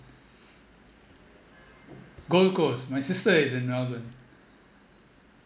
gold coast my sister is in melbourne